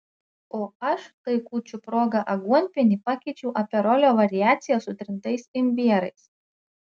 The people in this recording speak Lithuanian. o aš tai kūčių proga aguonpienį pakeičiau aperolio variacija su trintais imbierais